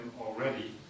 already